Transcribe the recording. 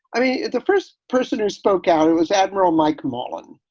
i mean, the first person who spoke out, it was admiral mike mullen,